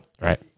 right